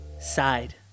side